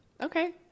Okay